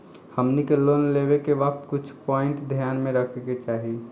हमनी के लोन लेवे के वक्त कुछ प्वाइंट ध्यान में रखे के चाही